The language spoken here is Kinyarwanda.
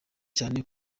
cyane